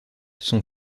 son